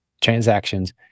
transactions